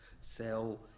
Sell